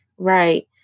Right